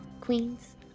Queens